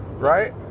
right?